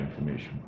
information